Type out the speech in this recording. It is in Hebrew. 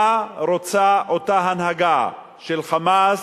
מה רוצה אותה הנהגה של "חמאס",